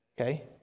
okay